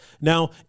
Now